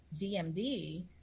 DMD